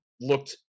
looked